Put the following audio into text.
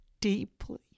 deeply